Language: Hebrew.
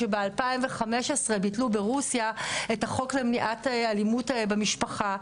שב- 2015 ביטלו ברוסיה את החוק למניעת אלימות במשפחה,